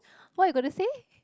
what you gonna say